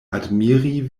admiri